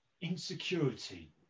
insecurity